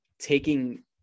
taking